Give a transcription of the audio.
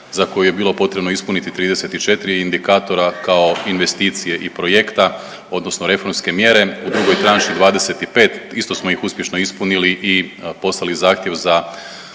za koju je bilo potrebno ispuniti 34 indikatora kao investicije i projekta, odnosno reformske mjere. U drugoj tranši 25, isto smo ih uspješno ispunili i poslali zahtjev za